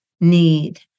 need